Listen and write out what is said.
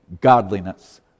godliness